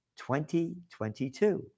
2022